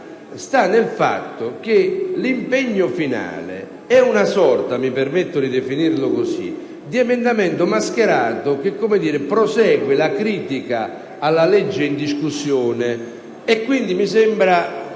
sta nel fatto che l'impegno finale è una sorta - mi permetto di definirlo così - di emendamento mascherato che prosegue la critica alla legge in discussione. Quindi, mi sembra